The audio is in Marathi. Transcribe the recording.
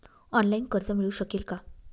ऑनलाईन कर्ज मिळू शकेल का?